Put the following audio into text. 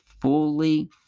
fully